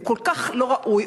הוא כל כך לא ראוי,